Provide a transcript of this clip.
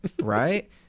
right